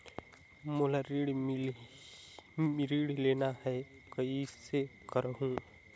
मोला ऋण लेना ह, कइसे करहुँ?